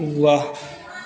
वाह